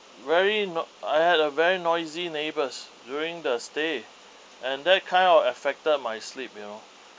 very noi~ I had a very noisy neighbours during the stay and that kind of affected my sleep you know